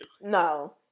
No